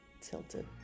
tilted